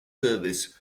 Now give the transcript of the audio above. service